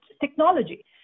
technology